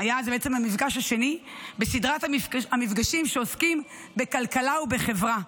זה בעצם המפגש השני בסדרת מפגשים שעוסקים בכלכלה ובחברה.